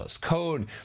code